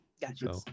Gotcha